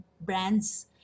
brands